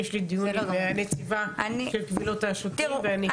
יש לי דיון עם נציבת קבילות השוטרים.